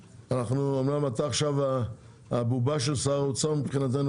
אמנם אתה עכשיו הבובה של שר האוצר מבחינתנו,